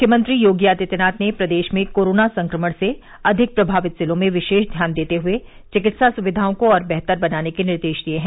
मुख्यमंत्री योगी आदित्यनाथ ने प्रदेश में कोरोना संक्रमण से अधिक प्रभावित जिलों में विशेष ध्यान देते हए चिकित्सा सुविधाओं को और बेहतर बनाने के निर्देश दिए हैं